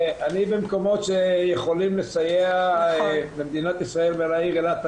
במקומות שיכולים לסייע במדינת ישראל ולעיר אילת,